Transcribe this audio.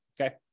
okay